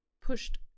pushed